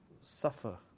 suffer